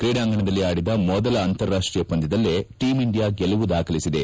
ಕ್ರೀಡಾಂಗಣದಲ್ಲಿ ಆಡಿದ ಮೊದಲ ಅಂತಾರಾಷ್ಟೀಯ ಪಂದ್ಯದಲ್ಲೇ ಟೀಂ ಇಂಡಿಯಾ ಗೆಲುವು ದಾಖಲಿಸಿದೆ